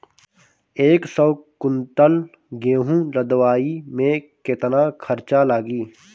एक सौ कुंटल गेहूं लदवाई में केतना खर्चा लागी?